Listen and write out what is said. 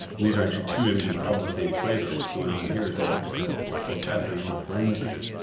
these are actually two images of the same quasar. what's going on here is we actually have what's called gravitational lensing,